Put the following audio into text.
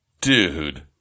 dude